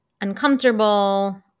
uncomfortable